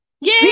Yay